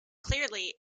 clearly